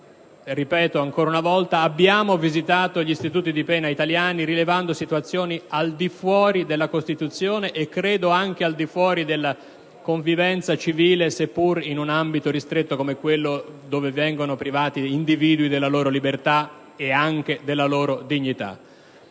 ripeto ancora una volta - abbiamo visitato gli istituti di pena italiani, rilevando situazioni al di fuori della Costituzione e credo anche al di fuori della convivenza civile, seppure in un ambito ristretto, dove gli individui vengono privati della loro libertà e anche della loro dignità.